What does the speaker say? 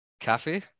Cafe